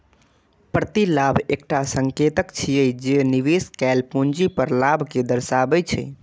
प्रतिलाभ एकटा संकेतक छियै, जे निवेश कैल पूंजी पर लाभ कें दर्शाबै छै